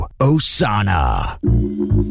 Osana